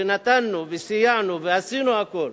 שנתנו וסייענו ועשינו הכול,